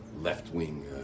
left-wing